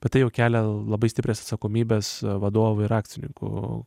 bet tai jau kelia labai stiprias atsakomybes vadovų ir akcininkų